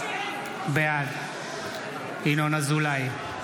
בעד ינון אזולאי,